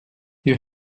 you